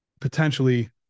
potentially